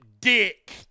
dick